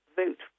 vote